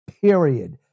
period